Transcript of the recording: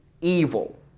Evil